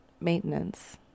maintenance